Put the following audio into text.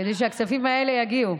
כדי שהכספים האלה יגיעו.